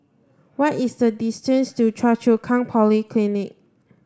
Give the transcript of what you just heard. what is the distance to Choa Chu Kang Polyclinic